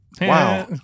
Wow